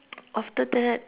after that uh